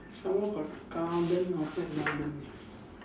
some more got garden outside garden ah